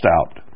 out